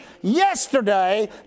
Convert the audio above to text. yesterday